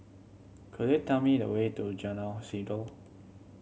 could you tell me the way to Jalan Sindor